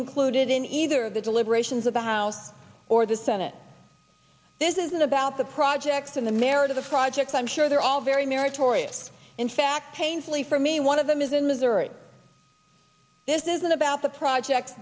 included in either the deliberations of the house or the senate this isn't about the projects and the merit of the projects i'm sure they're all very meritorious in fact painfully for me one of them is in missouri this isn't about the project